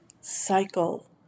cycle